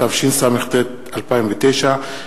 התשס"ט 2009,